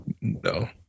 No